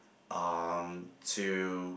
um to